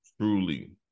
truly